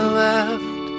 left